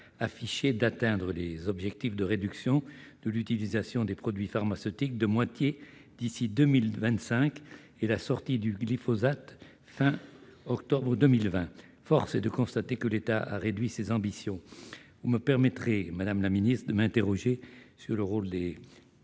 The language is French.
d'atteindre les objectifs d'une réduction de moitié de l'utilisation des produits pharmaceutiques d'ici à 2025 et de la sortie du glyphosate d'ici à la fin d'octobre 2020. Force est de constater que l'État a réduit ses ambitions. Vous me permettrez, madame la ministre, de m'interroger sur le rôle des